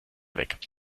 weg